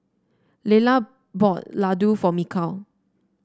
Lelah bought Laddu for Mikal